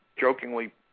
jokingly